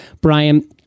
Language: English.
Brian